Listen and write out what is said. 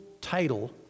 title